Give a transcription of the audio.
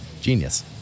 Genius